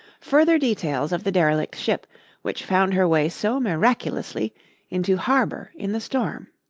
further details of the derelict ship which found her way so miraculously into harbour in the storm.